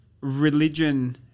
religion